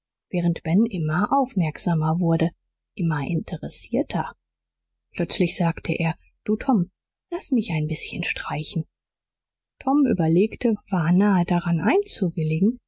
während ben immer aufmerksamer wurde immer interessierter plötzlich sagte er du tom laß mich ein bißchen streichen tom überlegte war nahe daran